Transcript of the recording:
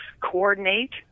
coordinate